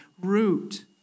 root